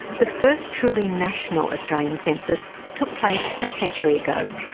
the first truly national australian census took place a century ago,